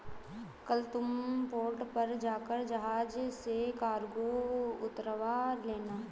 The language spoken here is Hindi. कल तुम पोर्ट पर जाकर जहाज से कार्गो उतरवा लेना